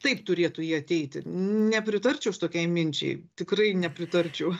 taip turėtų jie ateiti nepritarčiau aš tokiai minčiai tikrai nepritarčiau